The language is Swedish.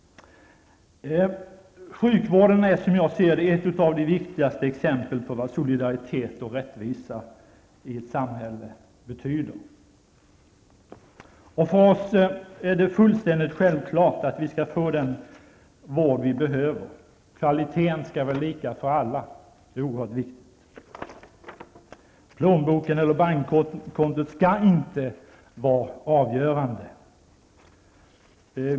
Sjukvården är som jag ser det ett av de viktigaste exemplen på vad solidaritet och rättvisa i samhället betyder. För oss är det självklart att man skall få den vård man behöver. Kvaliteten skall vara lika för alla. Det är oerhört viktigt. Plånboken eller bankkontot skall inte vara avgörande.